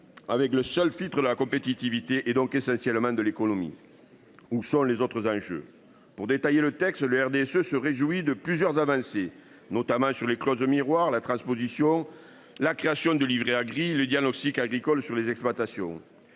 Avec le seul la compétitivité et donc essentiellement de l'économie. Où sont les autres enjeux pour détailler le texte le RDSE se réjouit de plusieurs avancées, notamment sur les clauses miroirs la transposition, la création de livret Agri le diagnostic agricoles sur les exploitations.